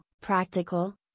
practical